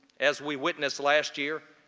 as we witnessed last year,